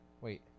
Wait